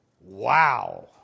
Wow